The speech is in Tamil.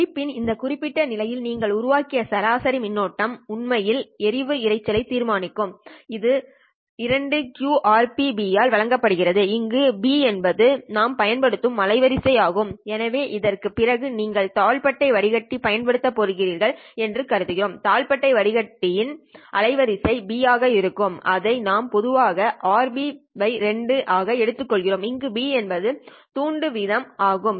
துடிப்புபின் இந்த குறிப்பிட்ட நிலையில் நீங்கள் உருவாக்கிய சராசரி மின்னோட்டம் உண்மையில் எறிவு இரைச்சலை தீர்மானிக்கும் இது 2qRP1rBe ஆல் வழங்கப்படுகிறது அங்கு Be என்பது நாம் பயன்படுத்திய அலைவரிசை ஆகும் எனவே இதற்குப் பிறகு நீங்கள் தாழ்பட்டை வடிகட்டி பயன்படுத்தப் போகிறீர்கள் என்று கருதுகிறோம் தாழ்பட்டை வடிகட்டியின் அலைவரிசை Be ஆக இருக்கும் அதை நாம் பொதுவாக RB2 ஆக எடுத்துக்கொள்கிறோம் அங்கு B என்பது துண்டு வீதம் ஆகும்